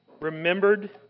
remembered